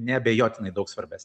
neabejotinai daug svarbesnis